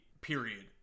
period